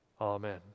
Amen